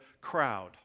crowd